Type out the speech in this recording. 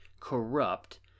corrupt